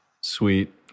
Sweet